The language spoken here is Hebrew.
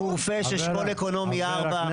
חורפיש סוציו אקונומי 4,